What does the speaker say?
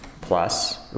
plus